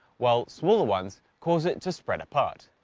while smaller ones cause it to spread apart.